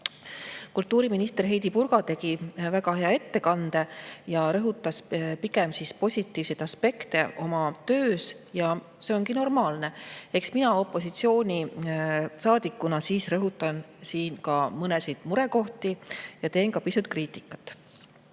Kultuuriminister Heidy Purga tegi väga hea ettekande ja rõhutas pigem positiivseid aspekte oma töös. See ongi normaalne. Eks mina opositsioonisaadikuna rõhutan siis mõningaid murekohti ja teen ka pisut kriitikat. Ilmad